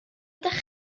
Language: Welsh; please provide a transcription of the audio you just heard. ydych